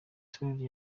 touré